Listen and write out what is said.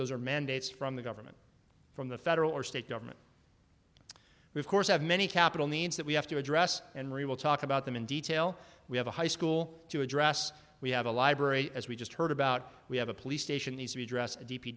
those are mandates from the government from the federal or state government of course have many capital needs that we have to address and we will talk about them in detail we have a high school to address we have a library as we just heard about we have a police station needs to be addressed